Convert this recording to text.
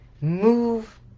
move